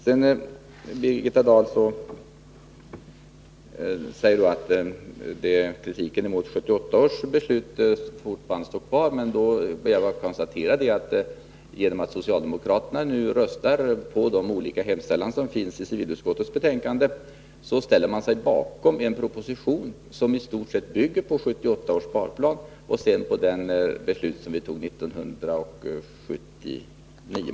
Birgitta Dahl säger att kritiken mot 1978 års beslut fortfarande står fast. Då vill jag bara konstatera att genom att socialdemokraterna nu röstar för de olika förslagen i civilutskottets betänkande, så ställer de sig bakom en proposition som i stort sett bygger på 1978 års sparplan och på det beslut vi fattade 1979.